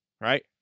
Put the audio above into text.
right